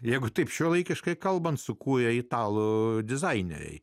jeigu taip šiuolaikiškai kalbant sukūrė italų dizaineriai